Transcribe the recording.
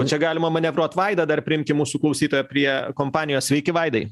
čia galima manevruot vaidą dar priimkim mūsų klausytoją prie kompanijos sveiki vaidai